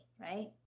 right